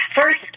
First